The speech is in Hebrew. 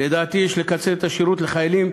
לדעתי יש לקצר את השירות לחיילים,